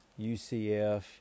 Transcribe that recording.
UCF